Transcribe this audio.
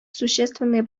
существенные